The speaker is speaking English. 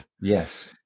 Yes